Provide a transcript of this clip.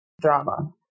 Drama